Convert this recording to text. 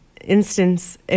instance